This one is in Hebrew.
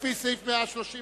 לפי סעיף 132(ב).